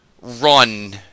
run